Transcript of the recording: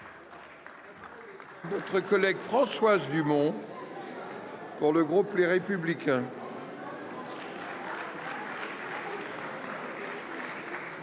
est à Mme Françoise Dumont, pour le groupe Les Républicains.